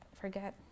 forget